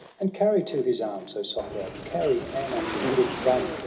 and carry to his arms, o sohrab, carry an unwounded son!